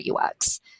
UX